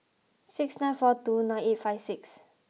six nine four two nine eight five six